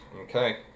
Okay